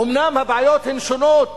אומנם הבעיות הן שונות